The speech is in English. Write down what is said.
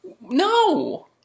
No